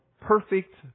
perfect